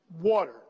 water